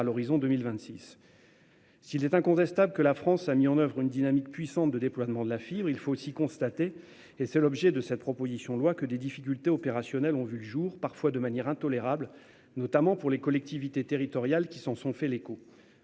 à l'horizon 2026. S'il est incontestable que la France a mis en oeuvre une dynamique puissante de déploiement de la fibre, force est aussi de constater- c'est l'objet de cette proposition de loi -que des difficultés opérationnelles sont apparues, parfois de manière intolérable, notamment pour les collectivités territoriales qui s'en sont fait l'écho.